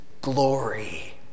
glory